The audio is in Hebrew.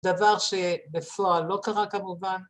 ‫דבר שבפועל לא קרה כמובן.